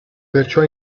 perciò